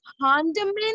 condiment